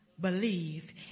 believe